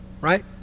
right